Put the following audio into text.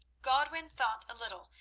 godwin thought a little,